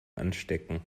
anstecken